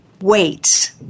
wait